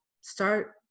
start